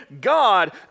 God